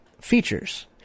features